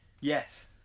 Yes